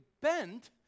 bent